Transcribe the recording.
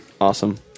Awesome